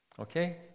okay